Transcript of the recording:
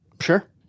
Sure